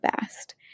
best